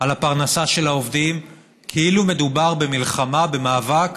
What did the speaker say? על הפרנסה של העובדים כאילו מדובר במלחמה, במאבק,